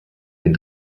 den